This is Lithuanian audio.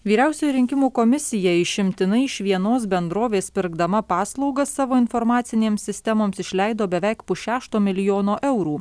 vyriausioji rinkimų komisija išimtinai iš vienos bendrovės pirkdama paslaugas savo informacinėms sistemoms išleido beveik pusšešto milijono eurų